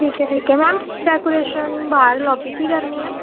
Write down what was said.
ਠੀਕ ਹੈ ਠੀਕ ਹੈ ਮੈਮ ਡੈਕੋਰੇਸ਼ਨ ਬਾਹਰ ਲੋਬੀ 'ਚ ਹੀ ਕਰਨੀ ਆ